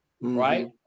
right